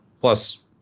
Plus